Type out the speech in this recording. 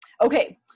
Okay